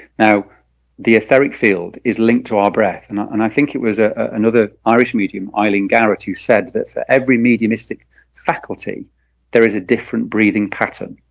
now the etheric field is linked to our breath not and i think it was a another irish medium eiling garrett who said that for every mediumistic faculty there is a different breathing pattern